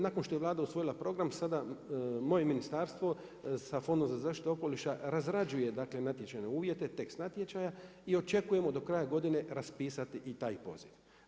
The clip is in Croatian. Nakon što je Vlada usvojila program sada, moje ministarstvo sa fondom za zaštitu okoliša razrađuje dakle natječajne uvijete, tekst natječaja i očekujemo do kraja godine raspisati i taj poziv.